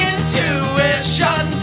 Intuition